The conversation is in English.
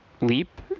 leap